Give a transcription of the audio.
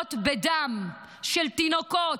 מגואלות בדם של תינוקות,